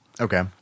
Okay